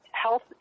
health